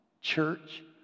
church